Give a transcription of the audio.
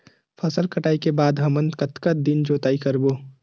फसल कटाई के बाद हमन कतका दिन जोताई करबो?